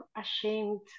ashamed